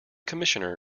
commissioner